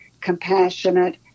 compassionate